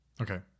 Okay